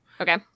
Okay